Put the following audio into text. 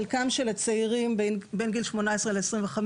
חלקם של הצעירים בגילאי 18 - 25,